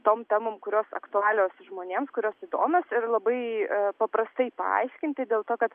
tom temom kurios aktualios žmonėms kurios įdomios ir labai paprastai paaiškinti dėl to kad